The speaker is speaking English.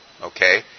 okay